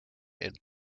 and